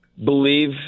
believe